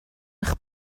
eich